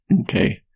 Okay